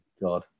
God